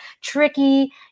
tricky